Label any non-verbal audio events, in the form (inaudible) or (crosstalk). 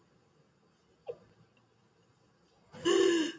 (breath)